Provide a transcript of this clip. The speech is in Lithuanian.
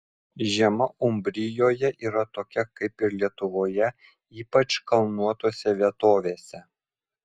žiema umbrijoje yra tokia kaip ir lietuvoje ypač kalnuotose vietovėse